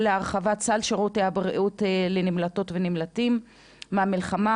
להרחבת סל שירותי הבריאות לנמלטות ולנמלטים מהמלחמה,